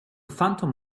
phantom